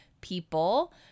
people